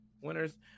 winners